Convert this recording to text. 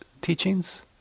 teachings